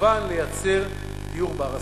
וכמובן לייצר דיור בר-השגה.